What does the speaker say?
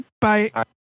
Bye